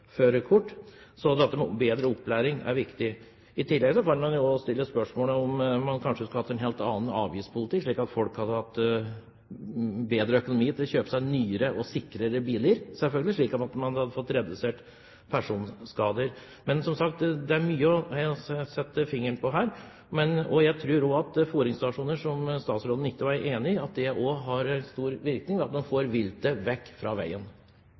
viktig. I tillegg kan man jo også stille spørsmål om man kanskje skulle hatt en helt annen avgiftspolitikk, slik at folk hadde hatt bedre økonomi til å kjøpe seg nyere og selvfølgelig da sikrere biler, slik at man hadde fått redusert personskader. Det er som sagt mye å sette fingeren på her. Jeg tror også at fôringsstasjoner – som statsråden ikke var enig i – ville ha stor virkning for å få viltet vekk fra veien.